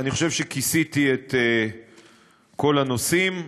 אני חושב שכיסיתי את כל הנושאים,